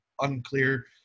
unclear